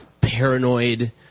paranoid